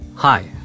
Hi